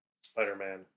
Spider-Man